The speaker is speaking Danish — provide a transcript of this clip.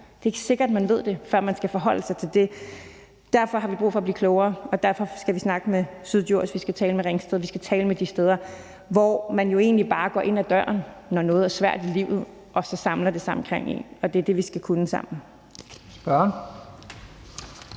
Det er ikke sikkert, man ved det, før man skal forholde sig til det. Derfor har vi brug for at blive klogere, og derfor skal vi snakke med Syddjurs, og vi skal tale med Ringsted. Vi skal tale med de steder, hvor man egentlig bare går ind ad døren, når noget er svært i livet, og så samler det sig omkring en. Det er det, vi skal kunne sammen.